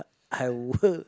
I work